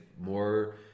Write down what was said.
more